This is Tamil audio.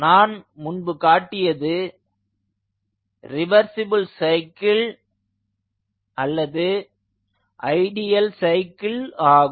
நான் முன்பு காட்டியது ரெவெர்சிபிள் சைக்கிள் அல்லது ஐடியல் சைக்கிள் ஆகும்